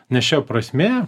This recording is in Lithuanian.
nes čia prasmė